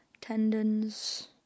Tendons